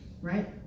Right